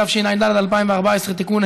התשע"ד 2014 (תיקון),